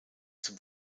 zum